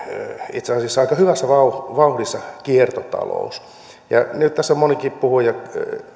itse asiassa aika hyvässä vauhdissa vauhdissa kiertotalous nyt tässä monikin puhuja on tuonut